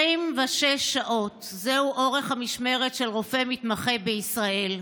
26 שעות זה אורך המשמרת של רופא מתמחה בישראל.